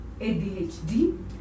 ADHD